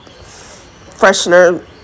freshener